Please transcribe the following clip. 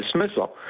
dismissal